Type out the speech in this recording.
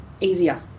easier